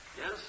Yes